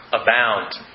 Abound